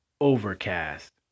Overcast